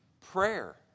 Prayer